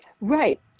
Right